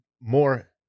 more